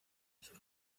sus